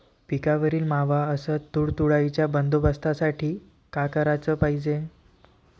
पिकावरील मावा अस तुडतुड्याइच्या बंदोबस्तासाठी का कराच पायजे?